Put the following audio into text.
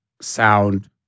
sound